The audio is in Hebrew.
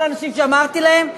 כל האנשים שהודיתי להם,